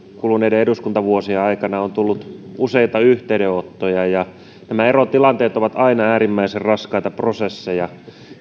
kuluneiden eduskuntavuosien aikana on tullut useita yhteydenottoja nämä erotilanteet ovat aina äärimmäisen raskaita prosesseja